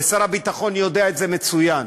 ושר הביטחון יודע את זה מצוין.